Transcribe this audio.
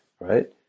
right